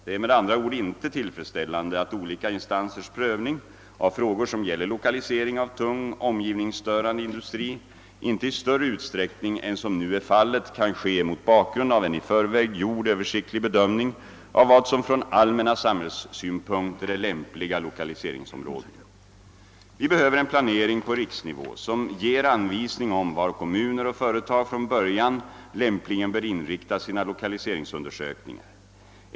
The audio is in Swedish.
Det är med andra ord inte tillfredsställande att olika instansers prövning av frågor som gäller lokalisering av tung omgivningsstörande industri inte i större utsträckning än som nu är fallet kan ske mot bakgrund av en i förväg gjord översiktlig bedömning av vad som från allmänna samhällssynpunkter är lämpliga lokaliseringsområden. Vi behöver en planering på riksnivå som ger anvisning om var kommuner och företag från början lämpligen bör inrikta sina lokaliseringsundersökningar.